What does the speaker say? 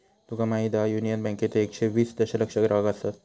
तुका माहीत हा, युनियन बँकेचे एकशे वीस दशलक्ष ग्राहक आसत